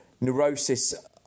Neurosis